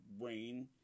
rain